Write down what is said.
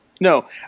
No